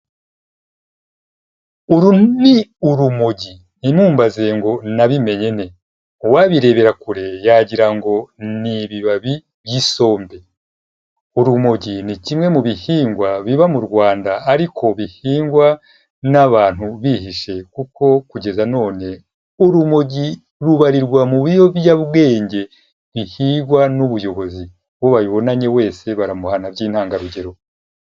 Uru ni urumogi. Ntimumbaze ngo nabimenye nte uwabirebera kure yagira ngo ni ibibabi by'isombe. Urumogi ni kimwe mu bihingwa biba mu Rwanda ariko bihingwa n'abantu bihishe kuko kugeza none urumogi rubarirwa mu biyobyabwenge ntihingwa n'ubuyobozi uwo babonanye wese baramuhana by'intangarugero.